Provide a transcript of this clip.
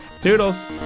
Toodles